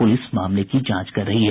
police मामले की जांच कर रही है